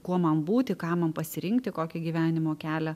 kuo man būti ką man pasirinkti kokį gyvenimo kelią